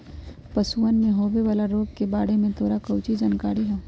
पशुअन में होवे वाला रोग के बारे में तोरा काउची जानकारी हाउ?